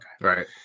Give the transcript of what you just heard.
right